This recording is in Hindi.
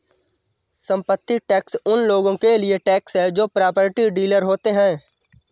संपत्ति टैक्स उन लोगों के लिए टैक्स है जो प्रॉपर्टी डीलर होते हैं